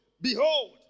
Behold